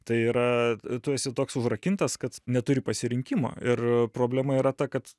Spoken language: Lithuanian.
tai yra tu esi toks užrakintas kad neturi pasirinkimo ir problema yra ta kad